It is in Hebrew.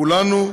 כולנו,